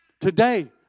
today